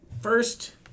first